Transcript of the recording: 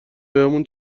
بهمون